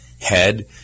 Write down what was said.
head